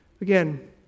Again